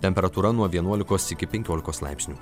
temperatūra nuo vienuolikos iki penkiolikos laipsnių